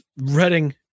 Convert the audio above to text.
Reading